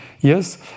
Yes